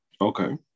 Okay